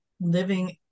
living